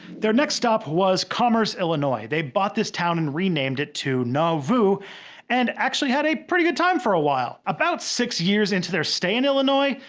their next stop was commerce illinois. they bought this town and renamed it to nauvoo and actually had a pretty good time for a while. about six years into their stay in illinois,